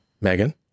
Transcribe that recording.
megan